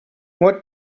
what